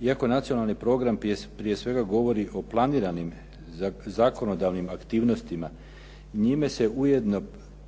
Iako nacionalni program prije svega govori o planiranim zakonodavnim aktivnostima njime se ujedno